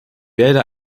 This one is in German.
werde